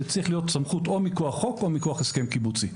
זו צריכה להיות סמכות או מכוח חוק או מכוח הסכם קיבוצי.